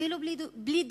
אפילו בלי דיון.